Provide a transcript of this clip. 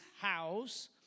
house